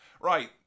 right